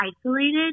isolated